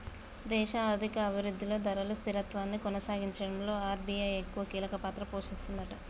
దేశ ఆర్థిక అభివృద్ధిలో ధరలు స్థిరత్వాన్ని కొనసాగించడంలో ఆర్.బి.ఐ ఎక్కువ కీలక పాత్ర పోషిస్తదట